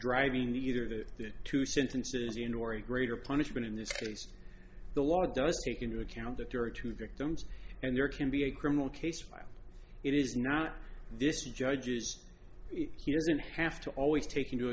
driving either that two sentences in or a greater punishment in this case the law does take into account that there are two victims and there can be a criminal case while it is not this judge's he doesn't have to always take into